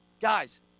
guys